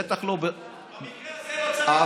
בטח לא, במקרה הזה לא